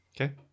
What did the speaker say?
Okay